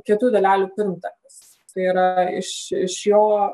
kitų dalelių pirmtakas tai yra iš iš jo